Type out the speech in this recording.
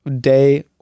day